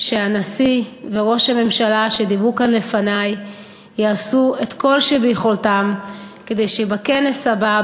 שהנשיא וראש הממשלה שדיברו כאן לפני יעשו את כל שביכולתם כדי שבכנס הבא,